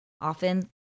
often